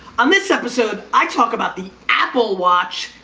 on this episode, i talk about the apple watch,